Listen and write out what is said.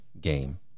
game